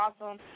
awesome